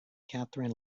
kathryn